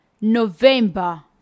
November